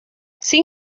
sin